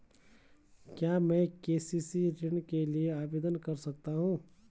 क्या मैं के.सी.सी ऋण के लिए आवेदन कर सकता हूँ?